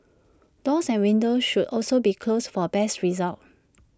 doors and windows should also be closed for best results